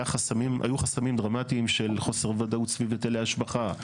היו חסמים דרמטיים של חוסר ודאות סביב היטלי השבחה,